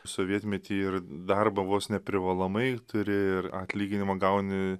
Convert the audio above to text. sovietmety ir darbą vos ne privalomai turi ir atlyginimą gauni